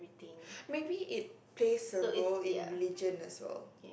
maybe it plays a role in religion as well